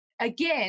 Again